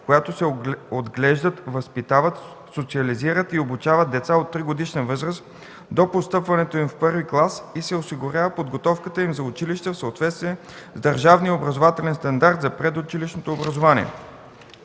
която се отглеждат, възпитават, социализират и обучават деца от тригодишна възраст до постъпването им в І клас и се осигурява подготовката им за училище в съответствие с държавния образователен стандарт за предучилищното образование.